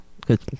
good